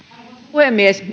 puhemies